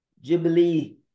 Jubilee